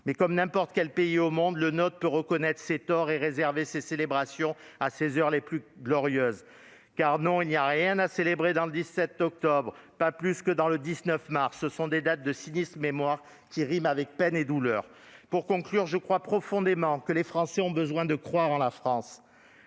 Mais comme n'importe quel autre pays au monde, elle peut reconnaître ses torts et réserver ses célébrations pour ses heures les plus glorieuses. Non, il n'y a rien à célébrer le 17 octobre, pas plus que le 19 mars. Ce sont des dates de sinistre mémoire qui riment avec peine et douleur. Pour conclure, je suis persuadé que les Français ont besoin de croire en la France.